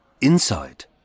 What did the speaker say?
inside